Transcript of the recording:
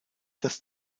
das